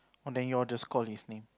then you all just call listening